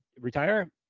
retire